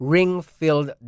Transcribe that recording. Ring-Filled